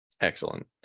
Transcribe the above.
excellent